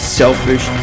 selfish